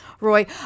Roy